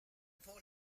hnawh